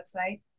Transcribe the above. website